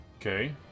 Okay